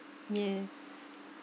yes